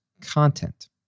content